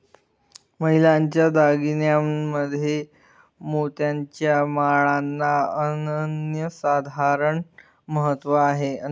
महिलांच्या दागिन्यांमध्ये मोत्याच्या माळांना अनन्यसाधारण महत्त्व आहे